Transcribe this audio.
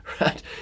Right